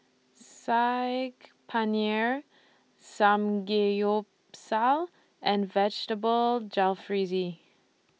Saag Paneer Samgeyopsal and Vegetable Jalfrezi